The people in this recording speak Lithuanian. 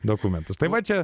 dokumentus tai va čia